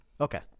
Okay